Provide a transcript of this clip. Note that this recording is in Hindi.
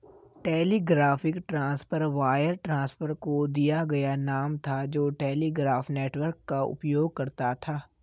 टेलीग्राफिक ट्रांसफर वायर ट्रांसफर को दिया गया नाम था जो टेलीग्राफ नेटवर्क का उपयोग करता था